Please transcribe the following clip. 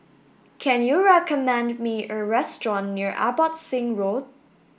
can you recommend me a restaurant near Abbotsingh Road